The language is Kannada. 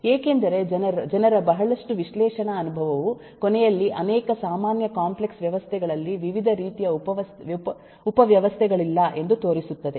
ಏಕೆಂದರೆ ಜನರ ಬಹಳಷ್ಟು ವಿಶ್ಲೇಷಣಾ ಅನುಭವವು ಕೊನೆಯಲ್ಲಿ ಅನೇಕ ಸಾಮಾನ್ಯ ಕಾಂಪ್ಲೆಕ್ಸ್ ವ್ಯವಸ್ಥೆಗಳಲ್ಲಿ ವಿವಿಧ ರೀತಿಯ ಉಪವ್ಯವಸ್ಥೆಗಳಿಲ್ಲ ಎಂದು ತೋರಿಸುತ್ತದೆ